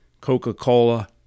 Coca-Cola